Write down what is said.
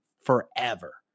forever